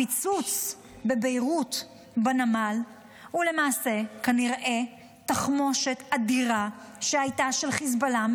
הפיצוץ בנמל ביירות הוא למעשה כנראה תחמושת אדירה שהייתה של חיזבאללה,